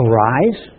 Arise